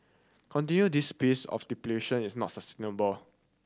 continuing this pace of depletion is not sustainable